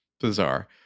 Bizarre